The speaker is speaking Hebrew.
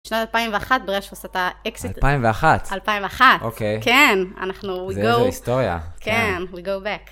שנת 2001 בראש ובסטה, 2001, 2001, כן, אנחנו, זה היסטוריה, כן, we go back.